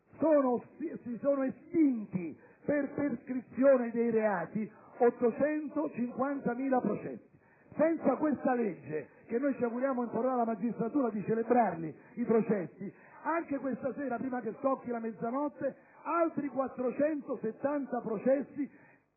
processi per prescrizione dei reati; senza questa legge, che noi ci auguriamo imporrà alla magistratura di celebrare i processi, anche questa sera, prima che scocchi la mezzanotte, altri 470 processi